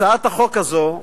הצעת החוק הזו,